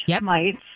mites